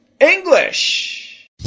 English